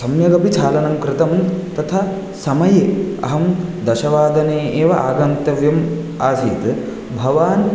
सम्यगपि चालनं कृतं तथा समये अहं दशवादने एव आगन्तव्यम् आसीत् भवान्